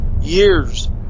years